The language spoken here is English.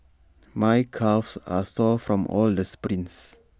my calves are sore from all the sprints